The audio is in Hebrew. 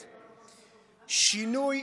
תראה,